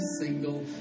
single